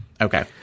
Okay